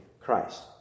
Christ